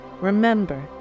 remember